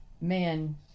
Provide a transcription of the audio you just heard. man